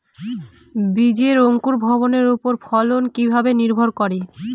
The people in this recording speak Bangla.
বীজের অঙ্কুর ভবনের ওপর ফলন কিভাবে নির্ভর করে?